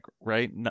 right